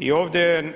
I ovdje